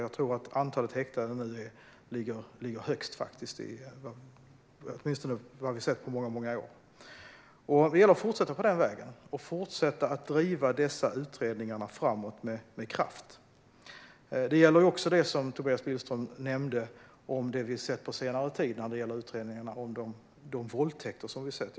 Jag tror att antalet häktade nu är det högsta på många år. Det gäller att fortsätta på den vägen och fortsätta att driva dessa utredningar framåt med kraft. Det gäller också det som Tobias Billström nämnde när det gäller utredningarna av de våldtäkter som skett på senare tid.